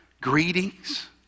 greetings